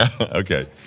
okay